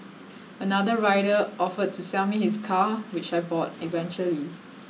another rider offered to sell me his car which I bought eventually